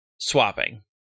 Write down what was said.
swapping